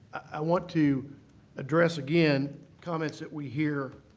i want to address again comments that we hear